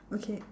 okay